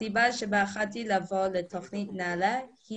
הסיבה שבחרתי לבוא לתוכנית נעל"ה היא